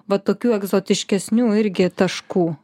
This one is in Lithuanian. va tokių egzotiškesnių irgi taškų